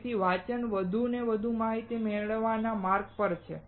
તેથી વાંચન વધુ અને વધુ માહિતી મેળવવાના માર્ગ પર છે